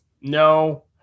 No